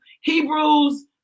Hebrews